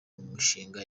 mishinga